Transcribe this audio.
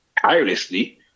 tirelessly